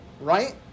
right